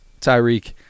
Tyreek –